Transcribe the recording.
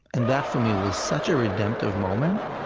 and that, for me, was such a redemptive moment